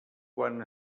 quan